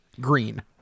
green